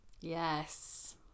Yes